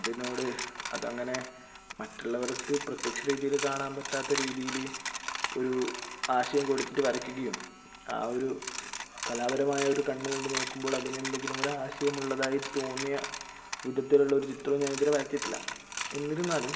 അതിനോട് അത് അങ്ങനെ മറ്റുള്ളവർക്ക് പ്രത്യക്ഷ രീതിയിൽ കാണാൻ പറ്റാത്ത രീതിയിൽ ഒരു ആശയം കൊടുത്തിട്ട് വരയ്ക്കുകയും ആ ഒരു കലാപരമായൊരു കണ്ണുകൊണ്ട് നോക്കുമ്പോളതിനെന്തെങ്കിലും ഒരു ആശയം ഉള്ളതായി തോന്നിയ വിധത്തിൽ ഉള്ളൊരു ചിത്രം ഞാൻ ഇതുവരെ വരച്ചിട്ടില്ല എന്നിരുന്നാലും